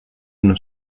una